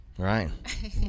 Right